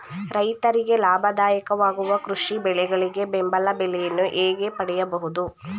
ರೈತರಿಗೆ ಲಾಭದಾಯಕ ವಾಗುವ ಕೃಷಿ ಬೆಳೆಗಳಿಗೆ ಬೆಂಬಲ ಬೆಲೆಯನ್ನು ಹೇಗೆ ಪಡೆಯಬಹುದು?